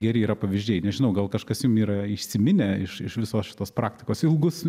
geri yra pavyzdžiai nežinau gal kažkas jum yra įsiminę iš iš visos šitos praktikos ilgus